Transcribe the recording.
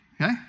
Okay